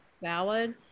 valid